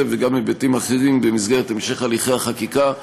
וגם היבטים אחרים במסגרת המשך הליכי החקיקה,